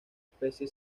especie